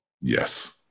Yes